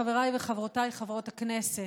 חבריי וחברותיי חברות הכנסת,